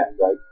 right